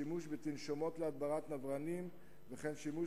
שימוש בתנשמות להדברת נברנים וכן שימוש